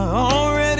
already